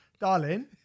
Darling